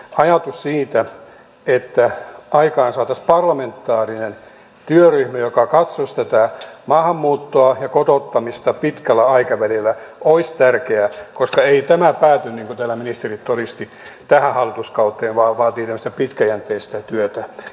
ajatus siitä että aikaansaataisiin parlamentaarinen työryhmä joka katsoisi tätä maahanmuuttoa ja kotouttamista pitkällä aikavälillä olisi tärkeä koska ei tämä pääty niin kuin täällä ministerit todistivat tähän hallituskauteen vaan vaatii tämmöistä pitkäjänteistä työtä